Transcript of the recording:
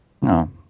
no